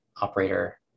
operator